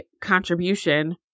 contribution